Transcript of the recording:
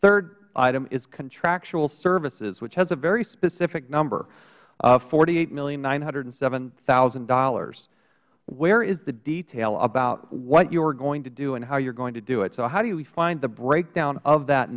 third item is contractual services which has a very specific number of forty eight million nine hundred and seven thousand dollars where is the detail about what you are going to do and how you are going to do it so how do we find the breakdown of that